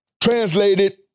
translated